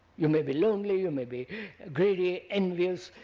you may be lonely, you may be greedy, envious,